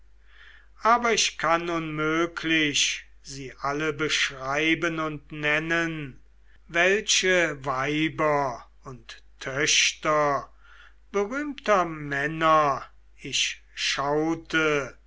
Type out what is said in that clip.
aber ich kann unmöglich sie alle beschreiben und nennen welche weiber und töchter berühmter helden ich